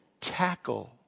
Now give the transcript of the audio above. tackle